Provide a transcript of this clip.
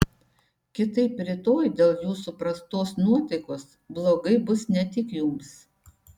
kitaip rytoj dėl jūsų prastos nuotaikos blogai bus ne tik jums